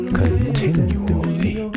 continually